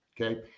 Okay